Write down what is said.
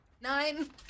Nine